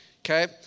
okay